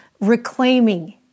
Reclaiming